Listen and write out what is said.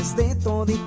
they thought